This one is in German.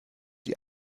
die